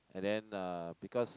and then uh because